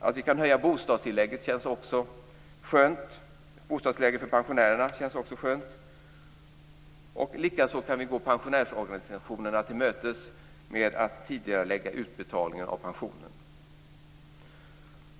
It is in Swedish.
Att vi kan höja bostadstillägget för pensionärerna känns också skönt, och likaså att vi kan gå pensionsärsorganisationerna till mötes med att tidigarelägga utbetalningar av pensionen.